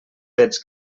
fets